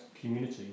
community